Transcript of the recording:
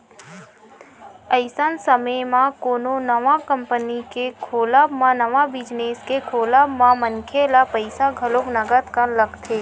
अइसन समे म कोनो नवा कंपनी के खोलब म नवा बिजनेस के खोलब म मनखे ल पइसा घलो नंगत कन लगथे